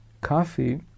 coffee